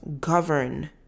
govern